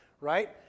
right